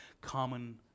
common